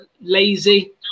lazy